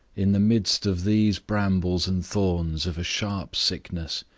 in the midst of these brambles and thorns of a sharp sickness,